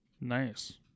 Nice